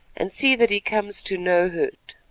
and see that he comes to no hurt.